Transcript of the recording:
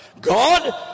God